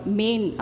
main